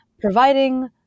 providing